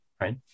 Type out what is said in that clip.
right